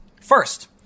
first